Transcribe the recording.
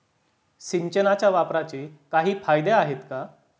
सिंचनाच्या वापराचे काही फायदे आहेत का?